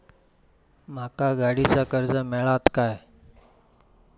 माका गाडीचा कर्ज मिळात काय?